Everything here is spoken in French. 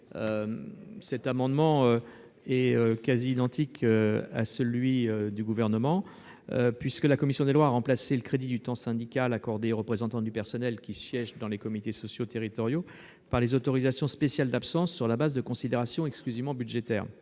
notre amendement est quasi identique à celui du Gouvernement. La commission des lois a remplacé le crédit de temps syndical accordé aux représentants du personnel qui siègent dans les comités sociaux territoriaux par des autorisations spéciales d'absence, sur la base de considérations exclusivement budgétaires.